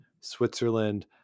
Switzerland